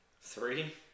Three